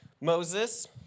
Moses